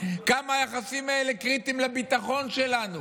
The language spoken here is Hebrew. כמה היחסים האלה קריטיים לביטחון שלנו.